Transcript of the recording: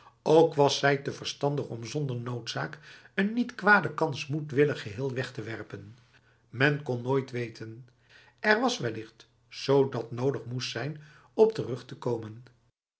ook was zij te verstandig om zonder noodzaak een niet kwade kans moedwillig geheel weg te werpen men kon nooit weten er was wellicht zo dat nodig moest zijn op terug te komen